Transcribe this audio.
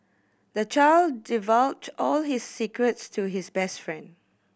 the child divulged all his secrets to his best friend